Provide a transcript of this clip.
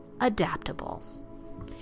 adaptable